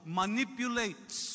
manipulates